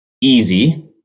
easy